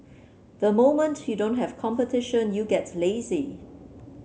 the moment you don't have competition you get lazy